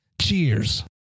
Cheers